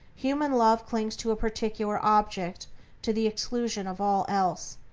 human loves cling to a particular object to the exclusion of all else,